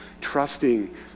trusting